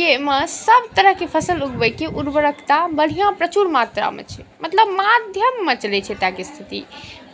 सबतरहके फसिल उगबैके उर्वरता बढ़िआँ प्रचुर मात्रामे छै मतलब माध्यममे चलै छै एतौका स्थिति